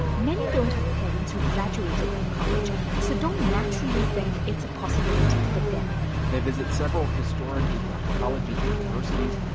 many don't have parents who graduated from college so don't naturally think it's a possibility for them they visit several historically black colleges and universities.